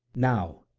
now,